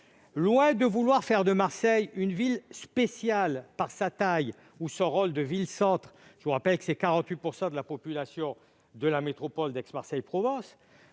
Loin de vouloir faire de Marseille une ville spéciale par sa taille ou son rôle de ville-centre- je vous rappelle qu'elle représente 48 % de la population de la métropole d'Aix-Marseille-Provence